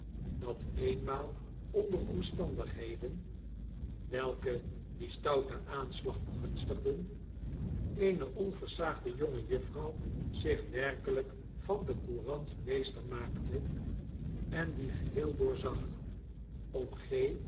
dat eenmaal onder omstandigheden welke dien stouten aanslag begunstigden eene onversaagde jongejuffrouw zich werkelijk van de courant meester maakte en die geheel doorzag